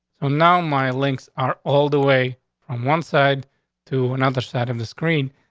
so now my links are all the way from one side to another side of the screen.